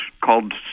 called